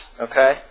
Okay